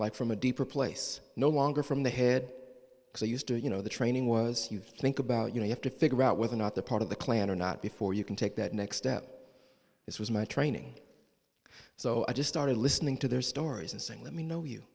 like from a deeper place no longer from the head so used to you know the training was you think about you know you have to figure out whether or not they're part of the clan or not before you can take that next step it was my training so i just started listening to their stories and saying let me know you